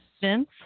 Vince